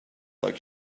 like